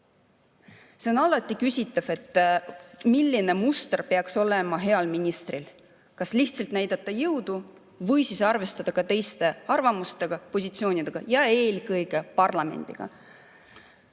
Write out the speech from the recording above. See on alati küsitav, milline muster peaks olema heal ministril, kas lihtsalt näidata jõudu või arvestada ka teiste arvamustega, positsioonidega, ja eelkõige parlamendiga.